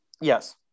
Yes